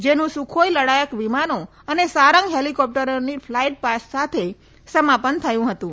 જેનુ સુખોઇ લડાયક વિમાનો અને સારંગ હેલીકોપ્ટરોની ફલાઇ પાસ્ટ સાથે સમાપન થયું હતું